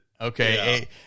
Okay